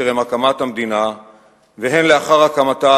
הן טרם הקמת המדינה והן לאחר הקמתה,